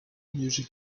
music